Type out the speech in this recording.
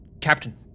Captain